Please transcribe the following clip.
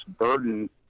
burden